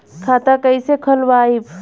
खाता कईसे खोलबाइ?